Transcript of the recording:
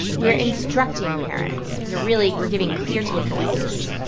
we're instructing parents. we're really we're giving clear takeaways.